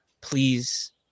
please